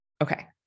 Okay